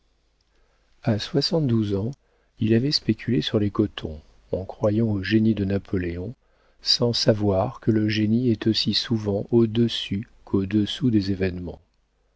a soixante-douze ans il avait spéculé sur les cotons en croyant au génie de napoléon sans savoir que le génie est aussi souvent au-dessus quau dessous des événements